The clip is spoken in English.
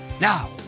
Now